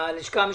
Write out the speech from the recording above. והלשכה המשפטית,